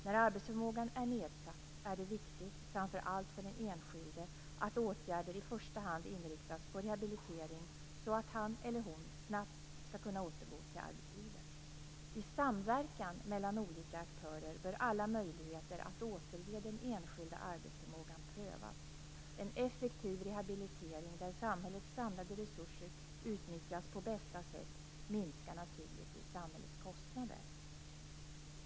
När arbetsförmågan är nedsatt är det viktigt, framför allt för den enskilde, att åtgärder i första hand inriktas på rehabilitering så att han eller hon snabbt skall kunna återgå till arbetslivet. I samverkan mellan olika aktörer bör alla möjligheter att återge den enskilde arbetsförmågan prövas. En effektiv rehabilitering där samhällets samlade resurser utnyttjas på bästa sätt minskar naturligtvis samhällets kostnader.